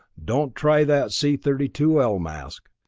don't try that c thirty two l mask.